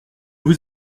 vous